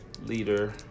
leader